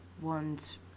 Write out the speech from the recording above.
One's